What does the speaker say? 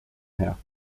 hea